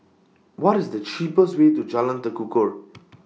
What IS The cheapest Way to Jalan Tekukor